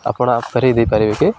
ଆପଣ ଆ ଫରେଇ ଦେଇପାରିବେ କି